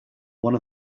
one